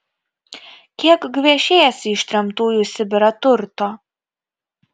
kiek gviešėsi ištremtųjų į sibirą turto